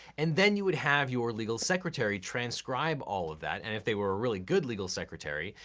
and then you would have your legal secretary transcribe all of that, and, if they were a really good legal secretary,